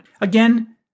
Again